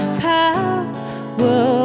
power